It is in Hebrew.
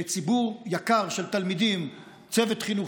אליך?